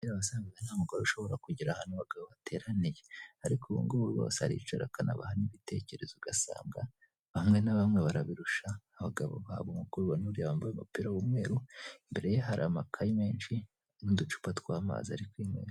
kera wasangaga ntamugore ushobora kugera ahantu abagabo bateraniye ariko ubungubu bose aricara akanabaha n'ibitekerezo ugasanga bamwe na bamwe barabirusha abagabo babo nkuko ubibona uriya wambaye umupira w'umweru imbere ye hari amakayi menshi n'uducupa twa'amazi ari kwinywera.